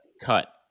cut